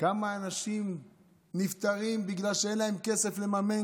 כמה אנשים נפטרים בגלל שאין להם כסף לממן,